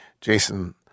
Jason